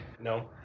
No